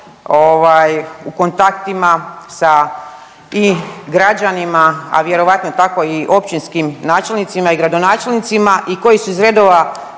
u kontaktima sa i građanima, a vjerojatno tako i općinskim načelnicima i gradonačelnicima i koji su iz redova